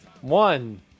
one